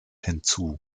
hinzu